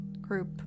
group